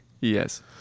Yes